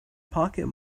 pocket